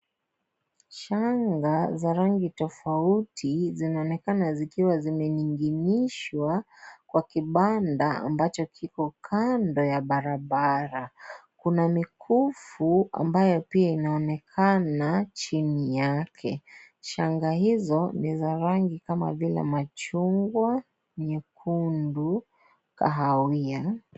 Shanga za rangi tofauti zinaonekana zikiwa zimeninginishwa kwa kibanda ambacho kiko kando ya barabara. Kuna mikufu ambayo pia inaonekana chini yake. Shanga hizo ni rangi kama vile machungwa, nyekundu, kahawia.